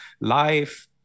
life